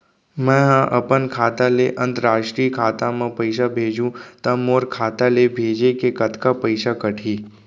मै ह अपन खाता ले, अंतरराष्ट्रीय खाता मा पइसा भेजहु त मोर खाता ले, भेजे के कतका पइसा कटही?